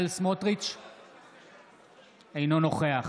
אינו נוכח